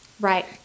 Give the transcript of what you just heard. Right